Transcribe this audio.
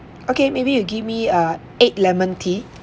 okay maybe you give me a eight lemon tea